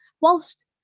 whilst